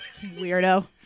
Weirdo